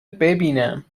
ببینم